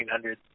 1800s